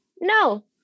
No